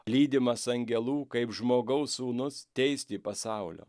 lydimas angelų kaip žmogaus sūnus teisti pasaulio